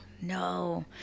no